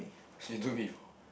she told me before